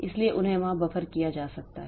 इसलिए उन्हें वहां बफ़र किया जा सकता है